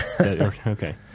Okay